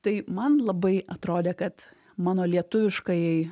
tai man labai atrodė kad mano lietuviškai